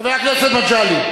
חבר הכנסת מגלי.